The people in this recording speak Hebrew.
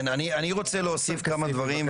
אני רוצה להוסיף כמה דברים,